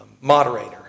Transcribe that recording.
moderator